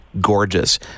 gorgeous